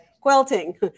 Quilting